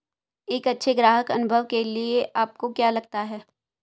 एक अच्छे ग्राहक अनुभव के लिए आपको क्या लगता है?